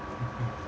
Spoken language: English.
mmhmm